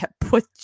Put